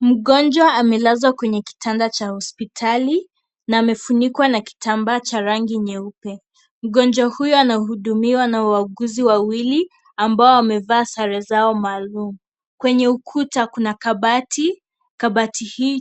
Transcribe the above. Mgonjwa amelazwa kwenye kitanda cha hospitali na amefunikwa na kitambaa cha rangi nyeupe, mgonjwa huyu anahudumiwa na wauguzi wawili ambao wamevaa sare zao maalum. Kwenye ukuta kuna kabati, kabati